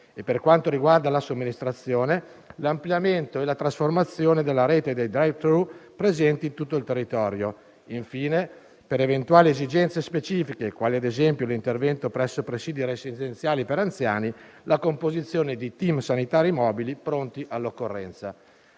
per quanto riguarda la somministrazione, l'ampliamento e la trasformazione della rete dei *drive through* presenti in tutto il territorio; infine, per eventuali esigenze specifiche, quali - per esempio - l'intervento presso i presidi residenziali per anziani, la composizione di *team* sanitari mobili pronti all'occorrenza.